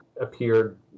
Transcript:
appeared